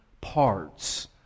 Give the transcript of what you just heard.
parts